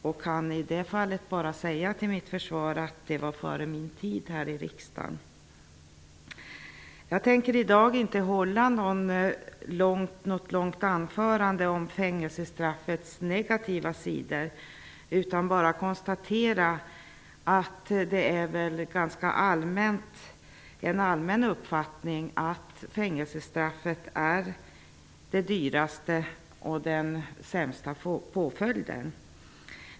I det fallet kan jag bara säga till mitt försvar att det var före min tid i riksdagen. I dag tänker jag inte hålla något långt anförande om fängelsestraffets negativa sidor, utan bara konstatera att det är en ganska allmän uppfattning att fängelsestraffet är den dyraste och sämsta påföljden.